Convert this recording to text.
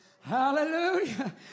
Hallelujah